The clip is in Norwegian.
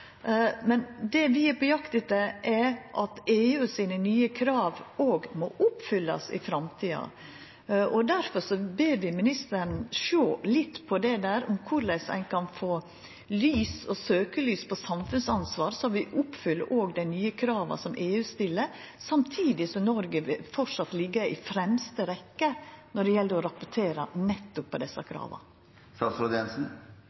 Men det vi er på jakt etter, er at EUs nye krav òg må oppfyllast i framtida. Derfor ber vi ministeren sjå litt på korleis ein kan få søkjelys på samfunnsansvar så vi oppfyller òg dei nye krava som EU stiller, samtidig som Noreg framleis vil liggja i fremste rekkje når det gjeld å rapportera nettopp på desse